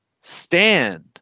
stand